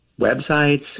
websites